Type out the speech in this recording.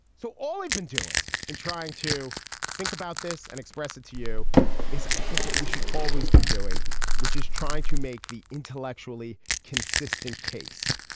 so all they've been doing in trying to think about this and express it to you is i think what we should always be doing which is trying to make the intellectually consistent case.